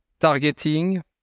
targeting